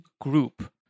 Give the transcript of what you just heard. group